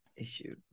issue